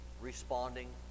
responding